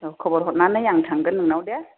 औ खबर हरनानै आं थांगोन नोंनाव दे